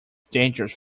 dangerous